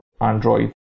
Android